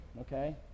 okay